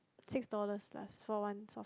six dollars plus for one